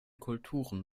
kulturen